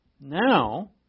Now